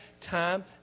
time